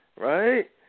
right